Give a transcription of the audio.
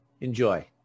Enjoy